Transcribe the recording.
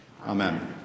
Amen